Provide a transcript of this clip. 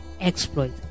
exploit